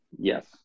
Yes